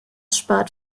spart